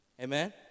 Amen